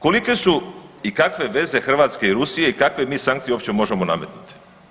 Kolike su i kakve veze Hrvatske i Rusije i kakve mi sankcije uopće možemo nametnuti?